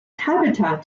habitat